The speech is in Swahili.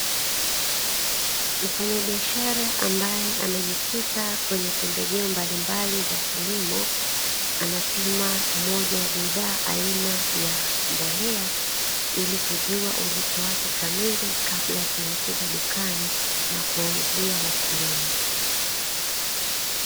Mfanyabiashara ambaye amejikita kwenye pembejeo mbalimbali za kilimo, anapima moja ya bidhaa aina ya mbolea ili kujua uzito wake kamili kabla ya kuingiza dukani na kuwauzia wakulima.